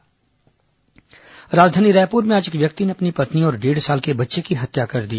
हत्या राजधानी रायपुर में आज एक व्यक्ति ने अपनी पत्नी और डेढ़ साल के बच्चे की हत्या कर दी